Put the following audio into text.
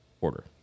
order